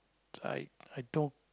I I don't